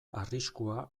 arriskua